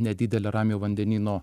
nedidelė ramiojo vandenyno